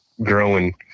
growing